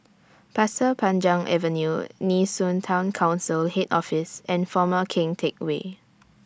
Pasir Panjang Avenue Nee Soon Town Council Head Office and Former Keng Teck Whay